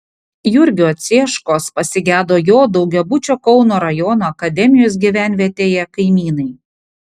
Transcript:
jurgio cieškos pasigedo jo daugiabučio kauno rajono akademijos gyvenvietėje kaimynai